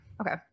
Okay